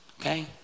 Okay